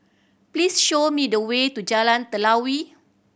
please show me the way to Jalan Telawi